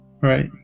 Right